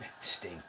sting